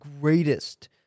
greatest